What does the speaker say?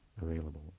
available